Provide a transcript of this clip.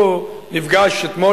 הוא נפגש אתמול,